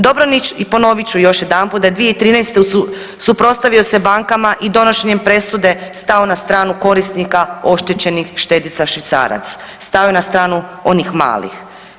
Dobronić i ponovit ću još jedanput, da je 2013. suprotstavio se bankama i donošenjem presude stao na stranu korisnika oštećenih štediša švicarac, stao je na stranu onih malih.